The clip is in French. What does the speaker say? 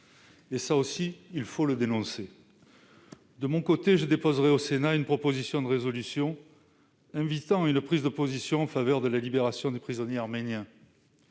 Cela aussi, il faut le dénoncer. Pour ma part, je déposerai au Sénat une proposition de résolution invitant à prendre position en faveur de la libération des prisonniers arméniens.